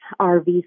RV